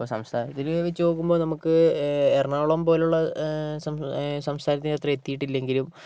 ഇപ്പോൾ സംസ്ഥാനത്തിൽ വെച്ചു നോക്കുമ്പോൾ നമുക്ക് എറണാകുളം പോലെയുള്ള സം സംസ്ഥാനത്തിൻ്റെയത്ര എത്തിയിട്ടില്ലെങ്കിലും